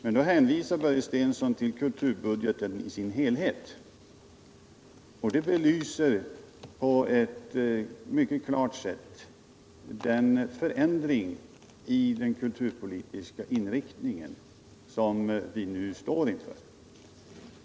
Men Börje Stensson hänvisar då till kulturbudgeten i dess helhet, och det belyser på ett mycket klart sätt den förändring i den kulturpolitiska inriktningen som vi nu står inför.